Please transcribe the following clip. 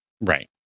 Right